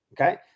Okay